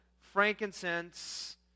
frankincense